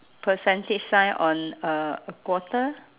percentage sign on a a quarter